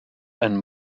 and